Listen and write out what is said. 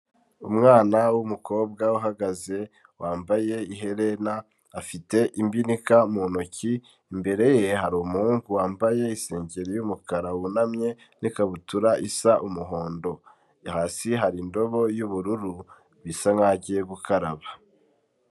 Umwana w'umukobwa uhagaze wambaye iherena afite ibinika mu ntoki imbere ye hari umuhungu wambaye isengeri y'umukara wunamye n'ikabutura isa umuhondo, hasi hari indobo y'ubururu bisa nkaho agiye gukaraba.